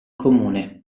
comune